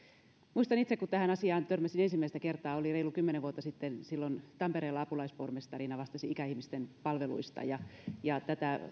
muistan kun itse tähän asiaan törmäsin ensimmäistä kertaa olin reilu kymmenen vuotta sitten silloin tampereella apulaispormestarina vastasin ikäihmisten palveluista ja tätä asiaa ja sitä